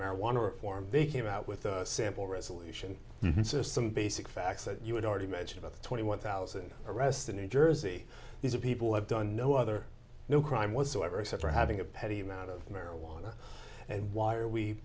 marijuana reform they came out with a sample resolution so some basic facts that you would already mention about twenty one thousand arrests in new jersey these are people who have done no other no crime whatsoever except for having a petty amount of marijuana and why are we